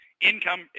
Income